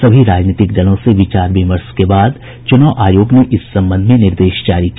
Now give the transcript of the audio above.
सभी राजनीतिक दलों से विचार विमर्श के बाद चुनाव आयोग ने इस संबंध में निर्देश जारी किया